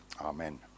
Amen